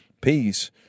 peace